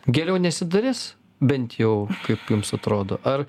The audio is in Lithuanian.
geriau nesidaris bent jau kaip jums atrodo ar